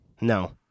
No